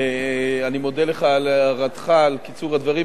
אני מודה לך על הערתך על קיצור הדברים,